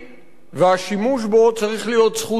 והשימוש בו צריך להיות זכות יסודית.